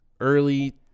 early